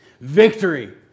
Victory